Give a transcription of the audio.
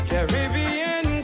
Caribbean